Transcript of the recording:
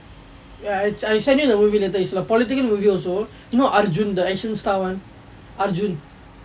ya it's I send you the movie later it's a political movie also you also know arjun the action star [one]